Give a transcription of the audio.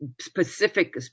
specific